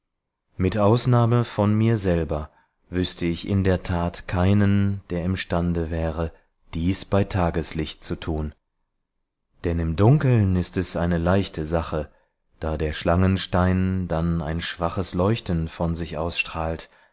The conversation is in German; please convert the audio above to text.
mit ausnahme von mir selber wüßte ich in der tat keinen der imstande wäre dies bei tageslicht zu tun denn im dunkeln ist es eine leichte sache da der schlangenstein dann ein schwaches leuchten von sich ausstrahlt